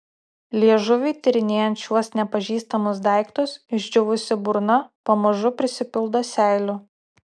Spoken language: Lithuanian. liežuviui tyrinėjant šiuos nepažįstamus daiktus išdžiūvusi burna pamažu prisipildo seilių